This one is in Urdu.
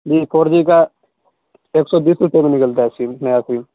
جی فور جی کا ایک سو بیس روپئے میں نکلتا ہے سیم نیا سیم